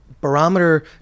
barometer